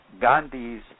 Gandhi's